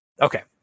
Okay